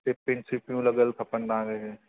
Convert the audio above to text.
सिपिन सिपियूं लॻल खपनि तव्हांखे